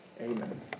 Amen